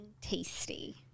tasty